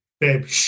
babe